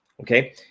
Okay